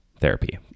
therapy